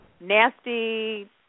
nasty